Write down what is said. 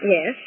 Yes